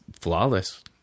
flawless